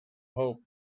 hope